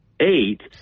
eight